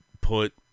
put